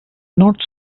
not